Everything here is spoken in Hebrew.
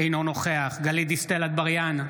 אינו נוכח גלית דיסטל אטבריאן,